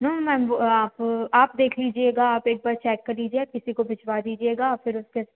no ma'am वो आप आप देख लीजिएगा आप एक बार चेक कर लीजिएगा किसी को भिजवा दीजिएगा और फिर उसका